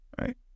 right